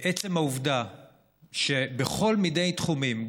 עצם העובדה שבכל מיני תחומים,